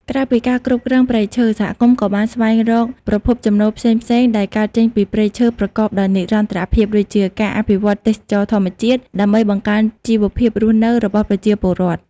ក្រៅពីការគ្រប់គ្រងព្រៃឈើ សហគមន៍ក៏បានស្វែងរកប្រភពចំណូលផ្សេងៗដែលកើតចេញពីព្រៃឈើប្រកបដោយនិរន្តរភាពដូចជាការអភិវឌ្ឍទេសចរណ៍ធម្មជាតិ ដើម្បីបង្កើនជីវភាពរស់នៅរបស់ប្រជាពលរដ្ឋ។